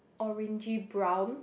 orange brown